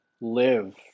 live